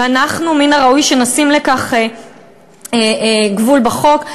ואנחנו, מן הראוי שנשים לכך גבול בחוק.